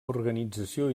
organització